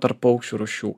tarp paukščių rūšių